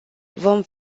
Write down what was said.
vom